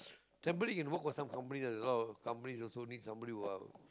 temporary can work for some company there's a lot of company also needs somebody who are